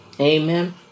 Amen